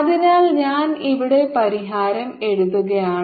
അതിനാൽ ഞാൻ ഇവിടെ പരിഹാരം എഴുതുകയാണ്